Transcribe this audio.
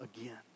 again